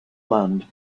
land